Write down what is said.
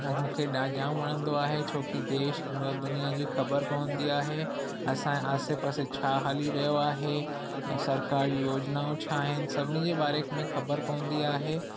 त मूंखे ॾा जामु वणंदो आहे छो की देश न दुनिया जी ख़बर पवंदी आहे असांजे आसे पासे छा हली रहियो आहे सरकारी योजनाऊं छा आहिनि सभिनिनि जे बारेक में ख़बर पवंदी आहे